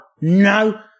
no